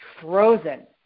frozen